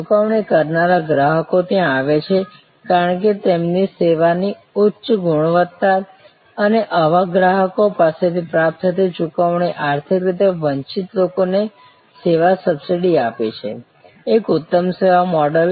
ચૂકવણી કરનારા ગ્રાહકો ત્યાં આવે છે કારણ કે તેમની સેવાની ઉચ્ચ ગુણવત્તા અને આવા ગ્રાહકો પાસેથી પ્રાપ્ત થતી ચૂકવણી આર્થિક રીતે વંચિત લોકોને સેવા સબસિડી આપે છે એક ઉત્તમ સેવા મોડેલ